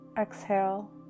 Exhale